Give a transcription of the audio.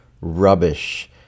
rubbish